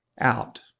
out